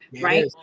right